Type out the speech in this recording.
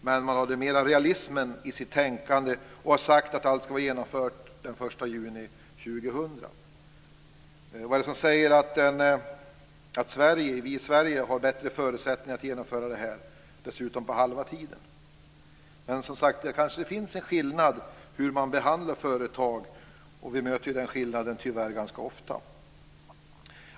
Men man hade mer realism i sitt tänkande, och man har sagt att allt skall vara genomfört den 1 juni år 2000. Vad är det som säger att vi i Sverige har bättre förutsättningar att genomföra detta, och dessutom på halva tiden? Det kanske finns en skillnad i hur man behandlar företag. Vi möter tyvärr den skillnaden ganska ofta.